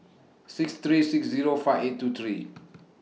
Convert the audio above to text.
six three six Zero five eight two three